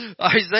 Isaiah